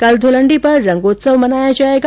कल ध्रलंडी पर रंगोत्सव मनाया जाएगा